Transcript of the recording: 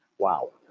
wow.